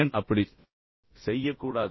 ஏன் அப்படிச் செய்யக் கூடாது